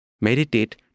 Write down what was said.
Meditate